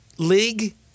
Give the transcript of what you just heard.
league